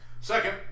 Second